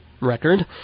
record